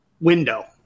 window